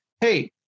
hey